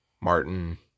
Martin